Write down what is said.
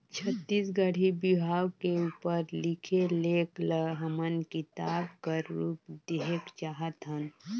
छत्तीसगढ़ी बिहाव के उपर लिखे लेख ल हमन किताब कर रूप देहेक चाहत हन